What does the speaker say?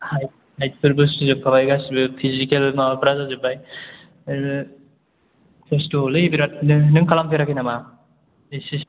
height हाइथफोरबो सुजोबखाबाय गासिबो फिजिकेल माबाफ्रा जाजोबबाय ओरैनो खस्थ'लै बिराथनो नों खालामफेराखै नामा एस एस सि